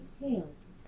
tails